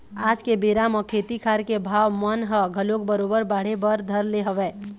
आज के बेरा म खेती खार के भाव मन ह घलोक बरोबर बाढ़े बर धर ले हवय